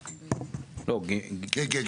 כן, כן.